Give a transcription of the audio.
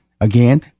Again